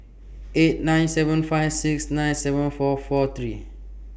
eight nine seven five six nine seven four four three